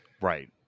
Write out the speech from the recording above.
right